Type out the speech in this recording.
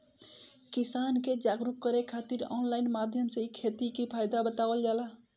किसान के जागरुक करे खातिर ऑनलाइन माध्यम से इ खेती के फायदा बतावल जाला